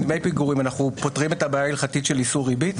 אנחנו פוטרים את הבעיה ההלכתית של איסור ריבית?